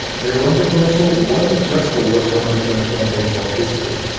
their run differential wasn't just the worst run differential in baseball history,